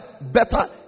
better